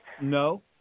No